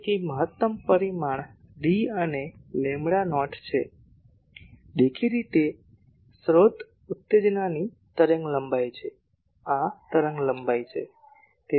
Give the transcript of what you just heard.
તેથી મહત્તમ પરિમાણ D અને લેમ્બડા નોટ છે દેખીતી રીતે સ્રોત ઉત્તેજનાની તરંગલંબાઇ છે આ તરંગ લંબાઈ છે